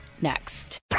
next